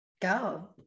Go